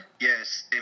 Yes